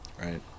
right